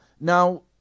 now